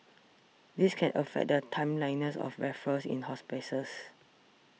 this can affect the timeliness of referrals in hospices